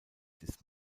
ist